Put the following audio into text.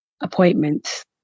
appointments